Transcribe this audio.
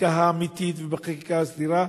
בחקיקה האמיתית ובחקיקה הסדירה,